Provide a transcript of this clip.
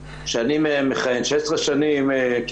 16 השנים שבהן אני מכהן,